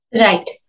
Right